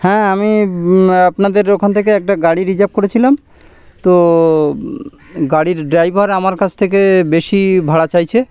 হ্যাঁ আমি আপনাদের ওখান থেকে একটা গাড়ি রিজার্ভ করেছিলাম তো গাড়ির ড্রাইভার আমার কাছ থেকে বেশি ভাড়া চাইছে